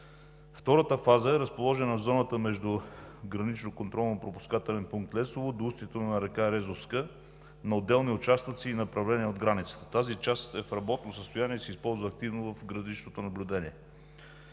Втората фаза е разположена в зоната между Гранично контролно пропускателен пункт Лесово до устието на река Резовска на отделни участъци и направления от границата. Тази част е в работно състояние и се използва активно в граничното наблюдение.